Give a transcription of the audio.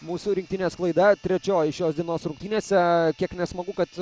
mūsų rinktinės klaida trečioji šios dienos rungtynėse kiek nesmagu kad